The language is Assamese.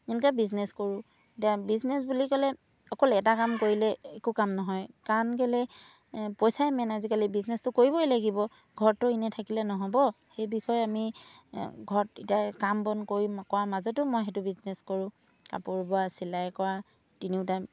এনেকৈয়ে বিজনেছ কৰোঁ এতিয়া বিজনেছ বুলি ক'লে অকল এটা কাম কৰিলে একো কাম নহয় কাৰণ কেলৈ পইচাই মেইন আজিকালি বিজনেচটো কৰিবই লাগিব ঘৰটো ইনেই থাকিলে নহ'ব সেই বিষয়ে আমি ঘৰত এতিয়া কাম বন কৰি কৰাৰ মাজতো মই সেইটো বিজনেছ কৰোঁ কাপোৰ বোৱা চিলাই কৰা তিনিওটাই